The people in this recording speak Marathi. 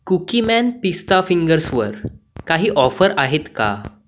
कुकीमॅन पिस्ता फिंगर्सवर काही ऑफर आहेत का